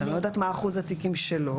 אני לא יודעת מה אחוז התיקים שלא.